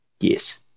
Yes